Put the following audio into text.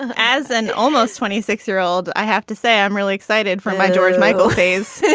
ah as an almost twenty six year old i have to say i'm really excited for my george michael phase